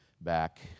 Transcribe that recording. back